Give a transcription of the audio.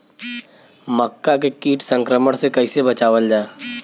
मक्का के कीट संक्रमण से कइसे बचावल जा?